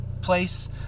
place